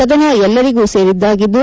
ಸದನ ಎಲ್ಲರಿಗೂ ಸೇರಿದ್ದಾಗಿದ್ದು